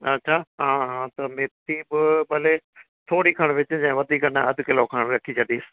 अच्छा हा हा त मेथी बि भले थोरी खणु विझिजांइ वधीक न अधु किलो खणु रखी छॾीसि